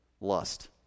lust